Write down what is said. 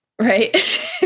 right